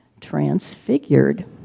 transfigured